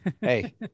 Hey